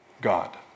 God